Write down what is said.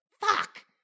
Fuck